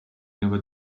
never